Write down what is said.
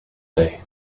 day